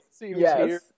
Yes